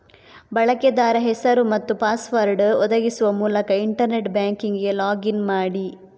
ಬಳಕೆದಾರ ಹೆಸರು ಮತ್ತು ಪಾಸ್ವರ್ಡ್ ಒದಗಿಸುವ ಮೂಲಕ ಇಂಟರ್ನೆಟ್ ಬ್ಯಾಂಕಿಂಗಿಗೆ ಲಾಗ್ ಇನ್ ಮಾಡಿ